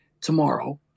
tomorrow